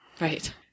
Right